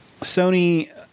Sony